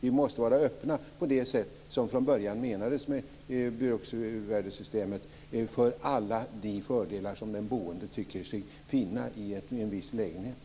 Vi måste vara öppna, på det sätt som från början menades med bruksvärdessystemet, för alla de fördelar som den boende tycker sig finna i en viss lägenhet.